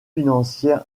financière